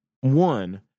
one